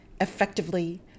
effectively